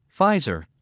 Pfizer